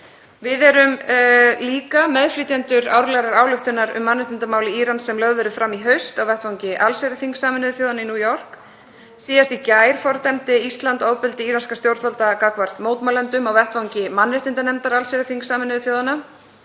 Við erum líka meðflytjendur árlegrar ályktunar um mannréttindamál í Íran sem lögð verður fram í haust á vettvangi allsherjarþings Sameinuðu þjóðanna í New York. Síðast í gær fordæmdi Ísland ofbeldi íranskra stjórnvalda gagnvart mótmælendum á vettvangi mannréttindanefndar allsherjarþings Sameinuðu þjóðanna